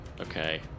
okay